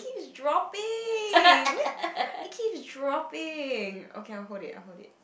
it keeps dropping it keeps dropping okay I hold it I hold it